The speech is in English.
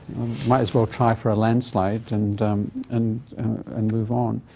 might as well try for a landslide and and and move on.